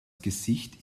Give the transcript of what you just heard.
gesicht